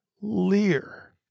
lear